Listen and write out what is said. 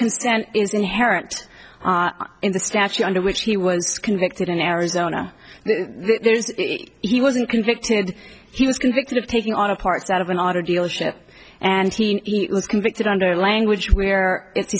consent is inherent in the statute under which he was convicted in arizona there is he wasn't convicted he was convicted of taking auto parts out of an auto dealership and he was convicted under language where it's